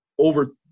over